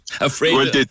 Afraid